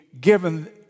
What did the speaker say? given